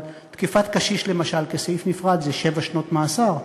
תקיפת קשיש, למשל, כסעיף נפרד זה שבע שנות מאסר.